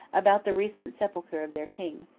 about the recent sepulchre of their king.